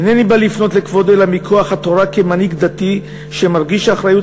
"אינני בא לפנות לכבוד אלא מכוח התורה כמנהיג דתי שמרגיש אחריות